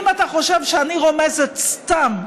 אם אתה חושב שאני רומזת סתם,